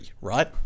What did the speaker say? right